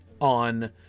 on